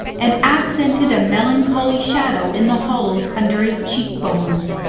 and accentuated a melancholy shadow in the hollows under his cheek bones.